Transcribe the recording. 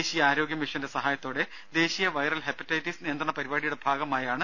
ദേശീയ ആരോഗ്യ മിഷന്റെ സഹായത്തോടെ ദേശീയ വൈറൽ ഹെപ്പറ്റൈറ്റിസ് നിയന്ത്രണ പരിപാടിയുടെ ഭാഗമായാണ് പരിപാടി